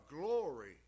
glory